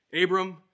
Abram